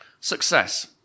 Success